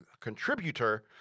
contributor